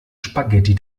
spaghetti